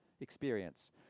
experience